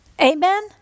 Amen